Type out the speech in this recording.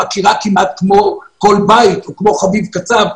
ומכירה כמעט כל בית או כמו חביב קצב,